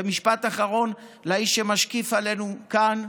ומשפט אחרון לאיש שמשקיף עלינו כאן.